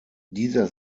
dieser